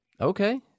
Okay